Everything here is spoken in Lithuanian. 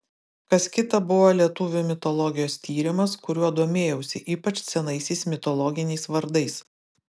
kas kita buvo lietuvių mitologijos tyrimas kuriuo domėjausi ypač senaisiais mitologiniais vardais